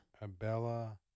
Abella